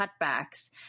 cutbacks